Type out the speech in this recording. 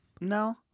No